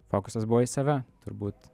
fokusas buvo į save turbūt